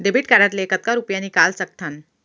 Debit card ले कतका रुपिया निकाल सकथन?